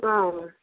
अँ